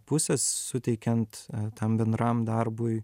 pusės suteikiant tam bendram darbui